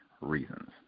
reasons